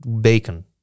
Bacon